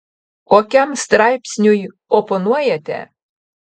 kokiam straipsniui oponuojate